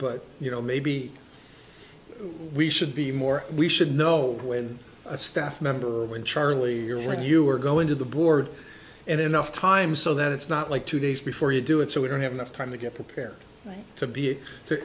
but you know maybe we should be more we should know when a staff member when charlie you're right you're going to the board and enough time so that it's not like two days before you do it so we don't have enough time to get prepared to be t